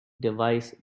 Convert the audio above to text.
device